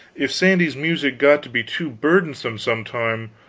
if sandy's music got to be too burdensome, some time,